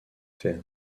fer